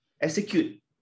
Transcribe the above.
execute